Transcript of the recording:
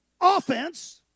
offense